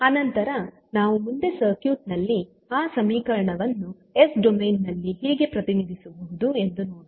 ಆನಂತರ ನಾವು ಮುಂದೆ ಸರ್ಕ್ಯೂಟ್ ನಲ್ಲಿ ಆ ಸಮೀಕರಣವನ್ನು ಎಸ್ ಡೊಮೇನ್ ನಲ್ಲಿ ಹೇಗೆ ಪ್ರತಿನಿಧಿಸಬಹುದು ಎಂದು ನೋಡೋಣ